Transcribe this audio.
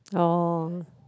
orh